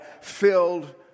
filled